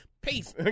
Peace